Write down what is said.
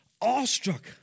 awestruck